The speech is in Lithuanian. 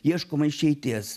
ieškoma išeities